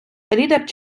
лідер